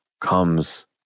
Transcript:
comes